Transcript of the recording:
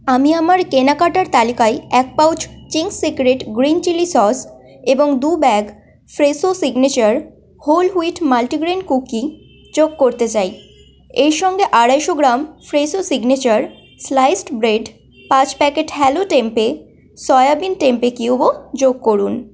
আমি আমার কেনাকাটার তালিকায় এক pouch Chings Secret green chilli sauce এবং দু bag Fresho Signature whole wheat multigrain cookie যোগ করতে চাই এই সঙ্গে আড়াইশো gram Fresho Signature sliced bread পাঁচ packet hello tempeh soybean tempeh কিউবও যোগ করুন